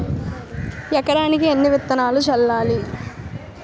ఎకరానికి ఎన్ని విత్తనాలు చల్లాలి?